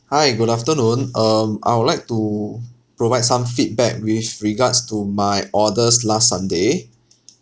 hi good afternoon um I would like to provide some feedback with regards to my orders last sunday